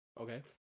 Okay